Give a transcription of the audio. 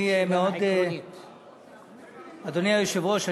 אדוני היושב-ראש,